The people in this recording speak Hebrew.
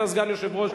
אתה סגן היושב-ראש,